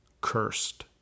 Cursed